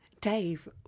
Dave